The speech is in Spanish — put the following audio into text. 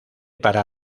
para